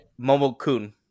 Momo-kun